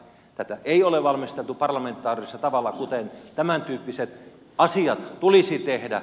tätä ei ole valmisteltu parlamentaarisella tavalla kuten tämäntyyppiset asiat tulisi tehdä